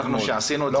כמו שעשינו,